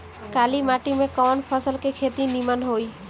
काली माटी में कवन फसल के खेती नीमन होई?